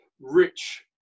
rich